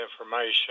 information